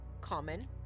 Common